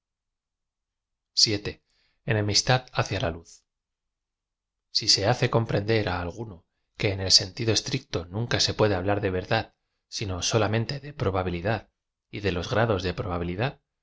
ii enemistad hacia la luz si se hace comprender á alguno que en el sentido estricto nunca puede hablar de verdad sino sola mente de probabilidad y de los grados de probabili